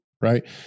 right